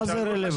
מה זה רלוונטי?